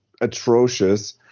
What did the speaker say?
atrocious